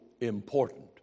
important